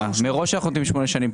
מראש אנחנו נותנים שמונה שנים.